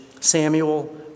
Samuel